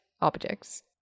objects